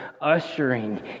ushering